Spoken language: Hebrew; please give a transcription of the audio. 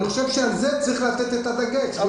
אני חושב שעל זה צריך לתת את הדגש.